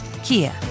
Kia